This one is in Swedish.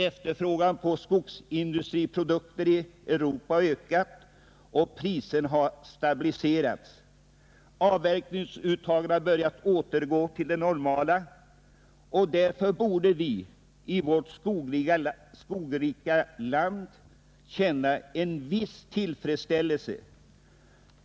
Efterfrågan på skogsindustriprodukter i Europa har ökat och priserna har stabiliserats. Avverkningsuttagen har börjat återgå till det normala, och därför borde vi i vårt skogrika land känna en viss tillfredsställelse.